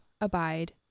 abide